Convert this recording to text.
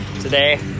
today